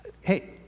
Hey